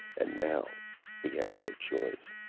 and now he had no choice.